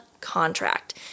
contract